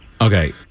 okay